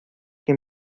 que